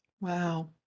Wow